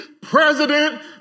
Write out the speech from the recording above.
president